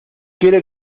quiere